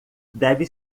deve